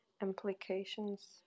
implications